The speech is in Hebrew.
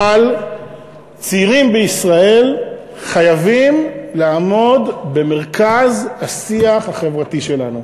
אבל צעירים בישראל חייבים לעמוד במרכז השיח החברתי שלנו.